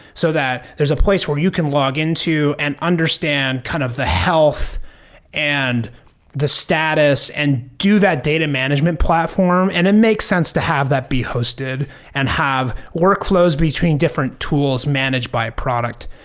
so that there's a place where you can log into and understand kind of the health and the status and do that data management platform. it makes sense to have that be hosted and have workflows between different tools managed by product.